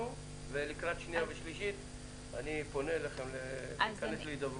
לקראת שנייה ושלישית אני קורא לכן לבצע תהליך של הידברות.